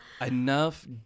enough